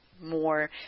more